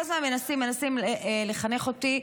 כל הזמן מנסים לחנך אותי.